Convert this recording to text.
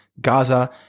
Gaza